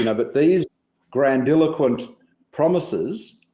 and but these grandiloquent promises,